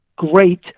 great